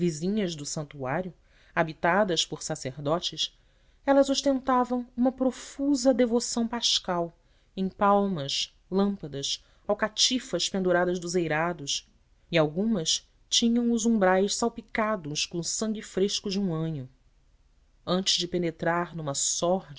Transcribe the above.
do santuário habitadas por sacerdotes elas ostentavam uma profusa devoção pascal em palmas lâmpadas alcatifas penduradas dos eirados e algumas tinham os umbrais salpicados com sangue fresco de um anho antes de penetrar numa